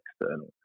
external